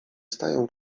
stają